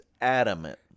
Adamant